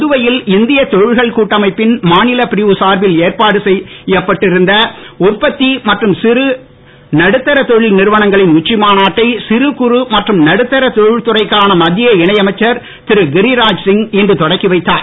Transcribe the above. புதுவையில் இந்தியத் தொழில்கள் கூட்டமைப்பின் மாநிலப் பிரிவு சார்பில் ஏற்பாடு செய்யப்பட்டிருந்த உற்பத்தி மற்றும் சிறு நடுத்தர தொழில் நிறுவனங்களின் உச்சி மாநாட்டை சிறு குறு மற்றும் நடுத்தர தொழில்துறைக்கான மத்திய இணை திருகிராஜ்சிங் இன்று தொடக்கிவைத்தார்